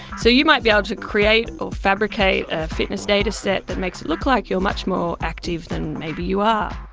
so you might be able ah to create or fabricate a fitness dataset that makes it look like you are much more active than maybe you are.